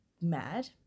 mad